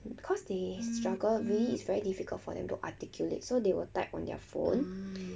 cause they struggle a bit it's very difficult for them to articulate so they will type on their phone